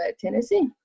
Tennessee